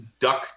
Duck